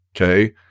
Okay